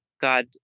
God